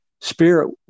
spirit